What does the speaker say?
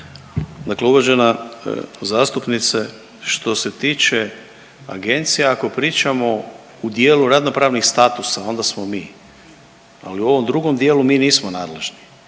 Dakle, uvažena zastupnice, što se tiče agencija, ako pričamo u dijelu radnopravnih statusa onda smo mi, ali u ovom drugom dijelu mi nismo nadležni.